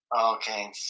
Okay